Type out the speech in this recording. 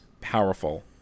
powerful